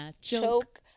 choke